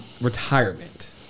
retirement